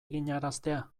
eginaraztea